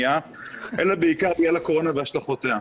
--- אלא בעיקר בגלל הקורונה והשלכותיה.